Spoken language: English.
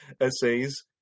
essays